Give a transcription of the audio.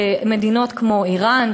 מדינות כמו איראן,